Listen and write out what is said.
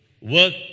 work